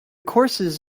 courses